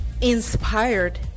inspired